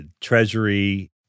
Treasury